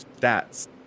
Stats